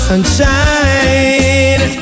Sunshine